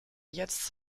jetzt